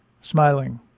smiling